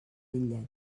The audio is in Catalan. bitllet